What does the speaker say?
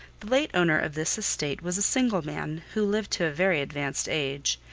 the late owner of this estate was a single man, who lived to a very advanced age,